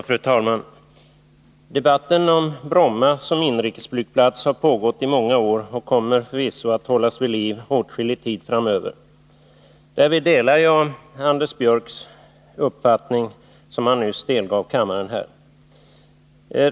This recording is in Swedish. Fru talman! Debatten om Bromma som inrikesflygplats har pågått i många år och kommer förvisso att hållas vid liv åtskillig tid framöver. Därvidlag delar jag den uppfattning som Anders Björck nyss delgav kammaren.